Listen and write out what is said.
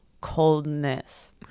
coldness